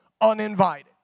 uninvited